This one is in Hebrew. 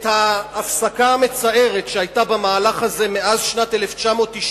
את ההפסקה המצערת שהיתה במהלך הזה מאז שנת 1992,